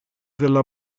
della